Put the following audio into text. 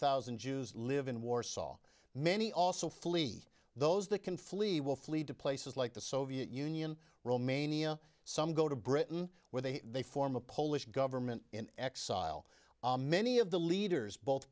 thousand jews live in warsaw many also flee those that can flee will flee to places like the soviet union romania some go to britain where they they form a polish government in exile many of the leaders both